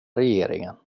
regeringen